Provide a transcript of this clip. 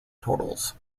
totals